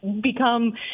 Become